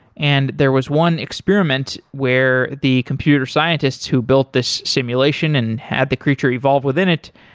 and there was one experiment where the computer scientist who built this simulation and had the creature evolve within it,